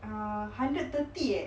uh hundred thirty eh